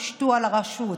הושתו על הרשות.